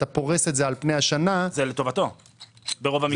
אתה פורש את זה על פני השנה --- זה לטובתו ברוב המקרים.